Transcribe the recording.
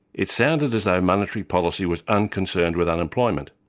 it sounded as though monetary policy was unconcerned with unemployment.